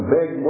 big